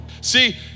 See